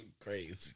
Crazy